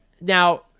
Now